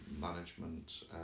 management